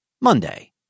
Monday